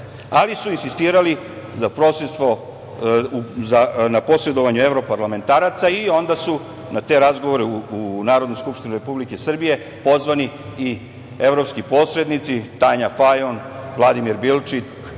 ali su insistirali na posredovanje evroparlamentaraca i onda su na te razgovore u Narodnu skupštinu Republike Srbije pozvani i evropski posrednici, Tanja Fajon, Vladimir Bilčik,